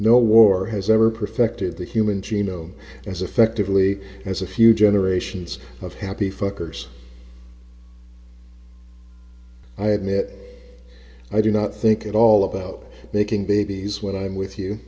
no war has ever perfected the human genome as effectively as a few generations of happy fuckers i admit i do not think at all about making babies when i'm with you